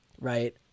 right